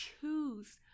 choose